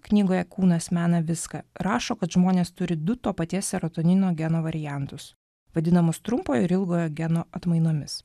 knygoje kūnas mena viską rašo kad žmonės turi du to paties serotonino geno variantus vadinamus trumpojo ir ilgojo geno atmainomis